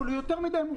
אבל הוא יותר מורכב.